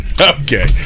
Okay